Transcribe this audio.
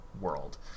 world